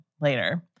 later